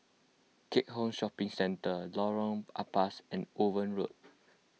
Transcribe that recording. Keat Hong Shopping Centre Lorong Ampas and Owen Road